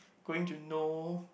going to know